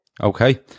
okay